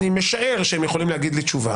אני משער שהם יכולים להגיד לי תשובה.